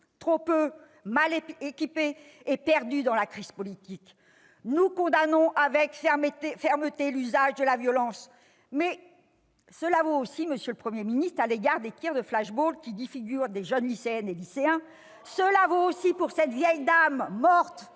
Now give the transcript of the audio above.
trop peu, trop mal équipés, et perdus dans la crise politique. Nous condamnons avec fermeté l'usage de la violence. Mais cela vaut aussi, monsieur le Premier ministre, pour les tirs de qui défigurent de jeunes lycéennes et lycéens. Cela vaut aussi pour la mort de cette vieille dame morte